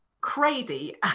Crazy